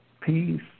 peace